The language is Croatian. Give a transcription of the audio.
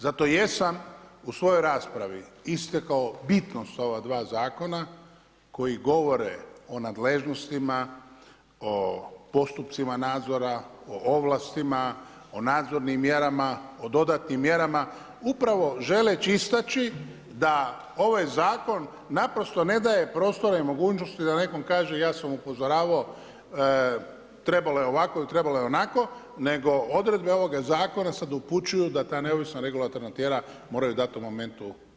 Zato jesam u svojoj raspravi istakao bitnost ova dva zakona koji govore o nadležnosti, o postupcima nadzora, o ovlastima, o nadzornim mjerama, o dodatnim mjerama upravo želeći istaći da ovaj zakon naprosto ne daje prostora i mogućnosti da nekom kaže ja sam upozoravao trebalo je ovako ili trebalo je onako nego odredbe ovoga zakona sada upućuju da ta neovisna regulatorna tijela moraju u datom momentu reagirati.